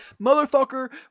motherfucker